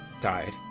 died